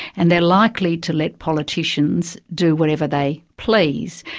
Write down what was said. and they're likely to let politicians do whatever they please.